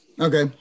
Okay